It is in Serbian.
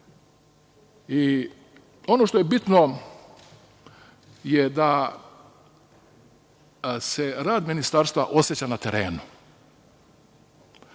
I, ono što je bitno je da se rad ministarstva oseća na terenu.